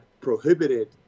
prohibited